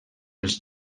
els